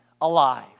alive